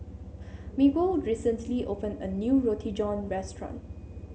Miguel recently opened a new Roti John restaurant